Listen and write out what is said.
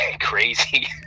crazy